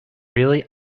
really